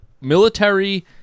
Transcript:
military